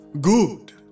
Good